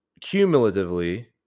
cumulatively